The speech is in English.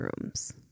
rooms